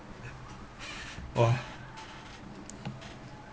!wah!